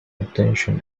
attention